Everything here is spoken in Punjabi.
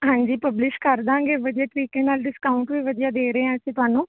ਹਾਂਜੀ ਪਬਲਿਸ਼ ਕਰਦਾਂਗੇ ਵਧੀਆ ਤਰੀਕੇ ਨਾਲ ਡਿਸਕਾਊਂਟ ਵੀ ਵਧੀਆ ਦੇ ਰੇ ਆਂ ਅਸੀਂ ਤੁਹਾਨੂੰ